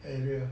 area